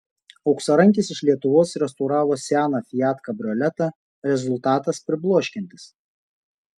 auksarankis iš lietuvos restauravo seną fiat kabrioletą rezultatas pribloškiantis